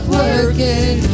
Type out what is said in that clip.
working